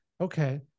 okay